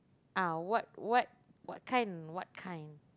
ah what what what kind what kind